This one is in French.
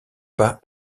pas